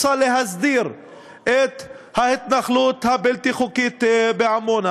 רוצה להסדיר את ההתנחלות הבלתי-חוקית בעמונה.